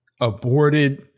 aborted